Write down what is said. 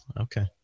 Okay